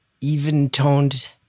even-toned